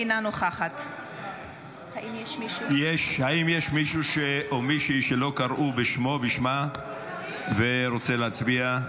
אינה נוכחת האם יש מישהו או מישהי שלא קראו בשמו או בשמה ורוצה להצביע?